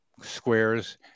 squares